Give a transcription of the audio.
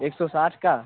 एक सौ साठ का